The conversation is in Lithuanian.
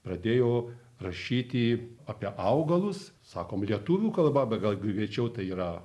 pradėjo rašyti apie augalus sakom lietuvių kalba bet gal greičiau tai yra